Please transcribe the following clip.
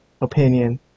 opinion